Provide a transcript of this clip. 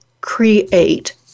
create